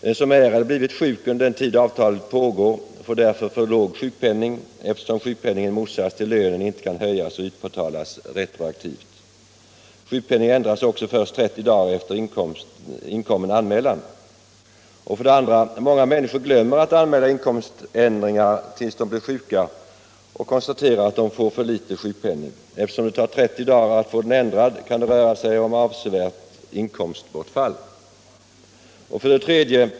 Den som är eller blivit sjuk under den tid avtal pågår får därför för låg sjukpenning, eftersom sjukpenningen i motsats till lönen inte kan höjas och utbetalas retroaktivt. Sjukpenningen ändras också först 30 dagar efter inkommen anmälan. 2. Många människor glömmer att anmäla inkomständringar tills de blir sjuka och konstaterar sedan att de får för liten sjukpenning. Eftersom det tar 30 dagar att få den ändrad kan det röra sig om avsevärt inkomstbortfall. 3.